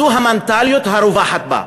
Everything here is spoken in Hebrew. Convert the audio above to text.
זו המנטליות הרווחת בה.